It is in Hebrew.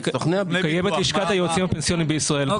יש את לשכת היועצים הפנסיוניים בישראל.